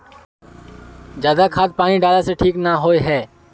ज्यादा खाद पानी डाला से ठीक ना होए है?